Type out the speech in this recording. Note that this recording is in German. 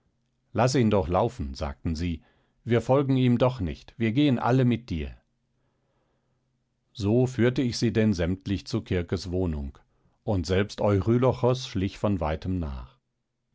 laß ihn doch laufen sagten sie wir folgen ihm doch nicht wir gehen alle mit dir so führte ich sie denn sämtlich zu kirkes wohnung und selbst eurylochos schlich von weitem nach